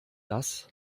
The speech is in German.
das